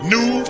New